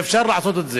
ואפשר לעשות את זה.